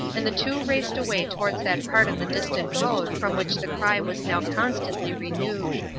and the two raced away towards that part of the distant road from which the cry was now constantly renewed.